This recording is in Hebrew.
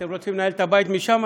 אתם רוצים לנהל את הבית משם?